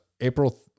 April